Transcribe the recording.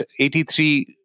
83